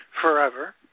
forever